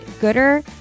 gooder